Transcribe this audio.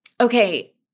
Okay